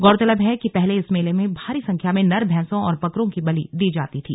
गौरतलब है कि पहले इस मेले में भारी संख्या में नर भैंसों और बकरों की बलि दी जाती थी